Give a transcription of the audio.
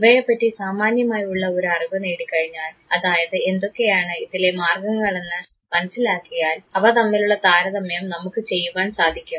ഇവയെപ്പറ്റി സാമാന്യമായുള്ള ഒരു അറിവ് നേടിക്കഴിഞ്ഞാൽ അതായത് എന്തൊക്കെയാണ് ഇതിലെ മാർഗങ്ങളെന്ന് മനസ്സിലാക്കിയാൽ അവ തമ്മിലുള്ള താരതമ്യം നമ്മൾക്ക് ചെയ്യുവാൻ സാധിക്കും